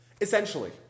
Essentially